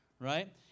right